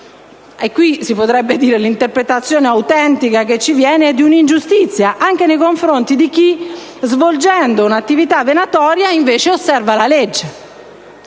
è - si potrebbe dire con un'interpretazione autentica - un'ingiustizia anche nei confronti di chi, svolgendo un'attività venatoria, osserva la legge.